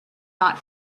not